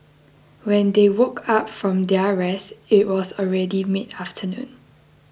when they woke up from their rest it was already mid afternoon